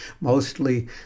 mostly